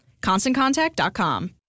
ConstantContact.com